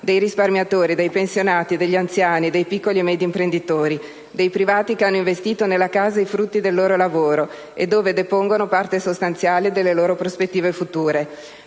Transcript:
dei risparmiatori, dei pensionati, degli anziani, dei piccoli e medi imprenditori, dei privati che hanno investito nella casa i frutti del loro lavoro e dove depongono parte sostanziale delle loro prospettive future.